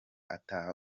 ataha